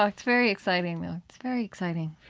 um it's very exciting though. it's very exciting.